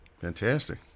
Fantastic